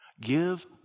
Give